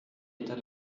état